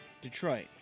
Detroit